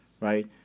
right